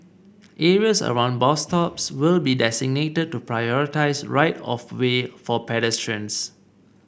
areas around bus stops will be designated to prioritise right of way for pedestrians